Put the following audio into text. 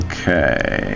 Okay